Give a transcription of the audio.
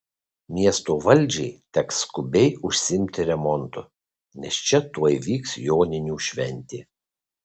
miesto valdžiai teks skubiai užsiimti remontu nes čia tuoj vyks joninių šventė